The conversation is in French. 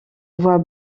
voix